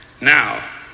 Now